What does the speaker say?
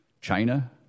China